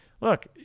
look